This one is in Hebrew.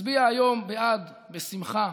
אצביע היום בעד בשמחה,